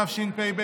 התשפ"ב